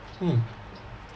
mm